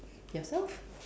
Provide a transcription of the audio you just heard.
yourself